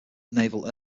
naval